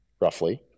roughly